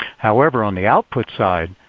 however, on the output side,